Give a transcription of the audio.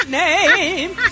name